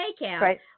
takeout